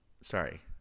Sorry